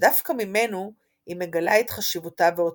שדווקא ממנו היא מגלה את חשיבותה ועוצמתה.